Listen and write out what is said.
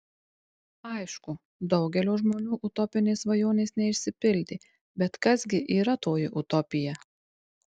aišku daugelio žmonių utopinės svajonės neišsipildė bet kas gi yra toji utopija